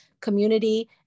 community